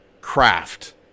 craft